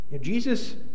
Jesus